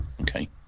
Okay